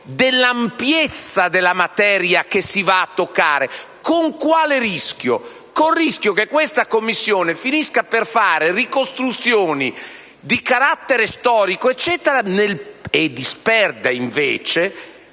dell'ampiezza della materia che si va a toccare. Con quale rischio? Con il rischio che questa Commissione finisca per fare ricostruzioni di carattere storico o altro e si disperda rispetto